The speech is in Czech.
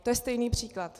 To je stejný příklad.